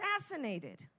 assassinated